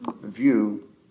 view